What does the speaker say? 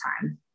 time